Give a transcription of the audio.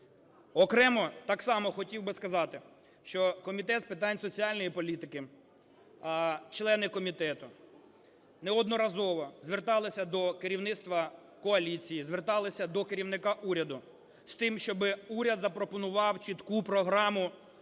Окремо так само хотів би сказати, що Комітет з питань соціальної політики, члени комітету неодноразово зверталися до керівництва коаліції, зверталися до керівника уряду з тим, щоб уряд запропонував чітку програму